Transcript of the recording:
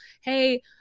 hey